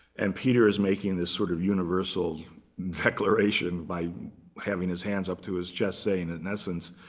and peter is making this sort of universal declaration by having his hands up to his chest saying, in essence,